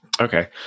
Okay